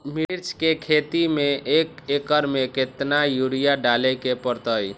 मिर्च के खेती में एक एकर में कितना यूरिया डाले के परतई?